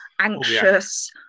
anxious